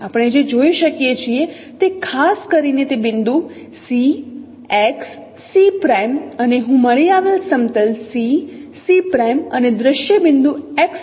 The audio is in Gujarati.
આપણે જે જોઈ શકીએ છીએ તે ખાસ કરીને તે બિંદુ અને હું મળી આવેલ સમતલ અને દ્રશ્ય બિંદુ X ને ધ્યાન માં લઈશ